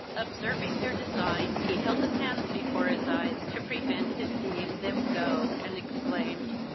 observing their design, he held his hands before his eyes, to prevent his seeing them go, and exclaimed,